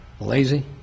Lazy